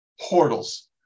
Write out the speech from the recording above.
portals